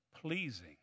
pleasing